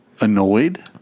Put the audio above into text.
Annoyed